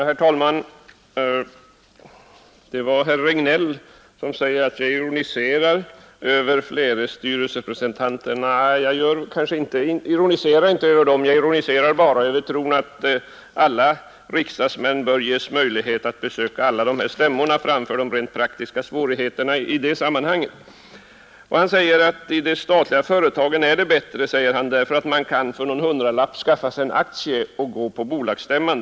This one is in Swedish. Herr talman! Herr Regnéll säger att jag ironiserar över att man skulle ha fler styrelserepresentanter. Vad jag ironiserar över är tron att alla riksdagsmän bör ges möjlighet att besöka alla dessa stämmor framför allt med tanke på de rent praktiska svårigheterna i det sammanhanget. Han säger att i de privata företagen är det bättre därför att där kan man för någon hundralapp skaffa sig en aktie och gå på bolagsstämman.